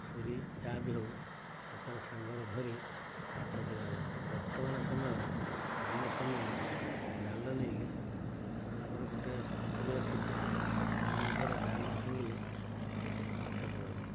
ଛୁରୀ ଯା ବି ହଉ ହାତରେ ସାଙ୍ଗର ଧରି ମାଛ ଧରିବାକୁ ଯାଆନ୍ତି ବର୍ତ୍ତମାନ ସମୟର ଆମ ସମୟର ଜାଲ ନେଇକି ମନେକର ଗୋଟେ ପୋଖରୀ ଅଛି ତା ମଧ୍ୟରେ ଜାଲ ଫିଙ୍ଗିଲେ ମାଛ ପଡ଼ନ୍ତି